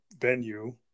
venue